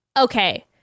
okay